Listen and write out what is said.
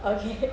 okay